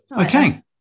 Okay